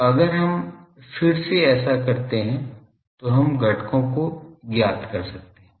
तो अगर हम फिर से ऐसा करते हैं तो हम घटकों को ज्ञात कर सकते हैं